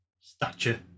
stature